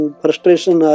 frustration